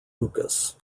lucas